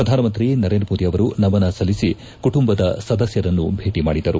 ಪ್ರಧಾನಮಂತ್ರಿ ನರೇಂದ್ರಮೋದಿ ಅವರು ನಮನ ಸಲ್ಲಿಸಿ ಕುಟುಂಬದ ಸದಸ್ಕರನ್ನು ಭೇಟ ಮಾಡಿದರು